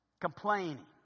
complaining